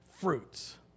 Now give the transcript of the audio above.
fruits